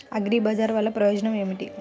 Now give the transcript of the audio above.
అగ్రిబజార్ వల్లన ప్రయోజనం ఏమిటీ?